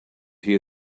hear